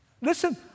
Listen